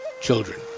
children